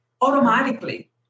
automatically